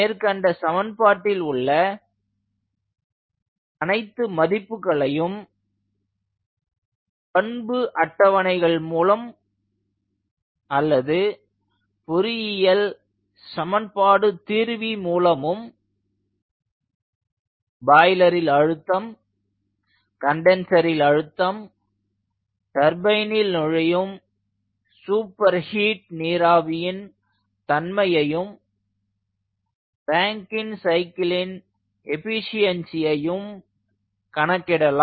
மேற்கண்ட சமன்பாட்டில் உள்ள அனைத்து மதிப்புகளையும் பண்பு அட்டவணைகள் மூலமும் அல்லது பொறியியல் சமன்பாடு தீர்வி மூலமும் பாய்லரில் அழுத்தம் கன்டன்ஸரில் அழுத்தம் டர்பைனில் நுழையும் சூப்பர் ஹீட் நீராவியின் தன்மையையும்ராங்கின் சைக்கிளின் எஃபீஷியன்ஸியும் கணக்கிடலாம்